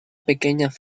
pequeñas